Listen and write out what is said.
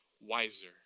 wiser